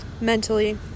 mentally